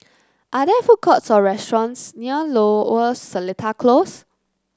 are there food courts or restaurants near Lower or Seletar Close